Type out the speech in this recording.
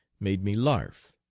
made me larf.